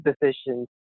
decisions